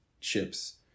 chips